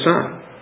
Son